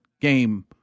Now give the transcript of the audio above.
game